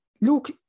look